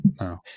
no